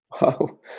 Wow